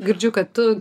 girdžiu kad tu